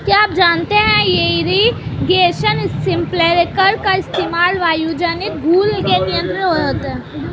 क्या आप जानते है इरीगेशन स्पिंकलर का इस्तेमाल वायुजनित धूल के नियंत्रण में होता है?